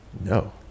no